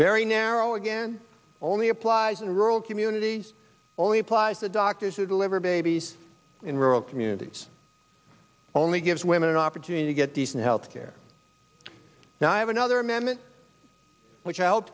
very narrow again only applies in rural communities only applies to doctors who deliver babies in rural communities only gives women an opportunity to get decent health care now i have another amendment which